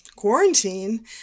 quarantine